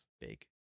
big